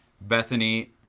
Bethany